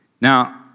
Now